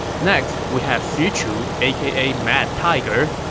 next, we have xu chu, aka mad tiger.